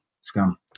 scum